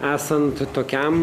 esant tokiam